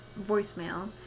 voicemail